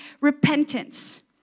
repentance